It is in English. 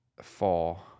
Four